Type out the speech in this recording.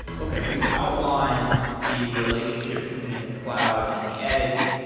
okay. we've outlined the relationship between the cloud and the edge.